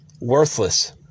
worthless